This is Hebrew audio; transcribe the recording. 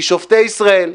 כי שופטי ישראל,